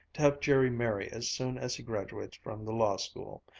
to have jerry marry as soon as he graduates from the law school.